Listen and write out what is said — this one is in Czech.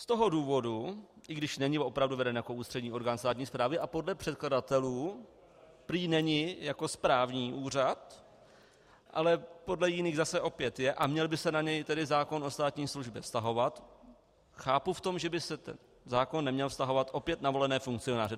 Z toho důvodu i když není opravdu veden jako ústřední orgán státní správy, a podle předkladatelů prý není jako správní úřad, ale podle jiných zase opět je a měl by se na něj zákon o státní službě vztahovat chápu to, že by se ten zákon neměl vztahovat opět na volené funkcionáře.